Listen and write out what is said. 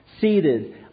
seated